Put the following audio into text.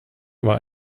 war